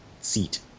seat